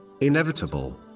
inevitable